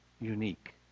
unique